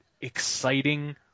exciting